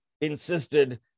insisted